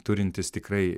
turintis tikrai